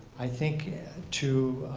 i think to,